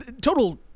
total